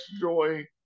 joy